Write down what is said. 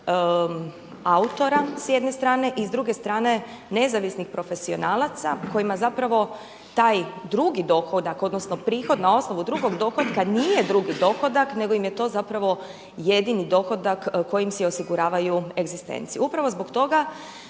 autora s jedne strane i s druge strane nezavisnih profesionalaca kojima zapravo taj drugi dohodak, odnosno prihod na osnovu drugog dohotka nije drugi dohodak nego im je to zapravo jedini dohodak kojim si osiguravaju egzistenciju. Upravo zbog toga